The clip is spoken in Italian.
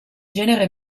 genere